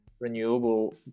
renewable